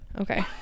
Okay